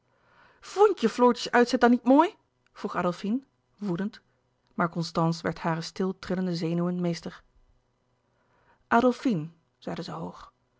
vondt je floortjes uitzet dan niet mooi vroeg adolfine woedend maar constance werd hare stil trillende zenuwen meester adolfine zeide zij hoog